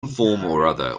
other